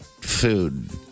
food